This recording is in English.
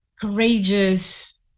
courageous